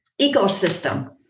ecosystem